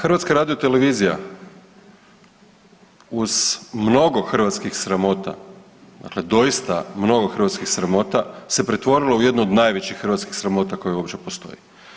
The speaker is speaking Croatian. HRT uz mnogo hrvatskih sramota, dakle doista mnogo hrvatskih sramota se pretvorila u jednu od najvećih hrvatskih sramota koje uopće postoje.